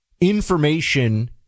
information